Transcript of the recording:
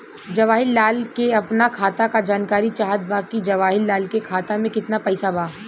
जवाहिर लाल के अपना खाता का जानकारी चाहत बा की जवाहिर लाल के खाता में कितना पैसा बा?